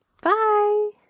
Bye